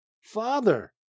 Father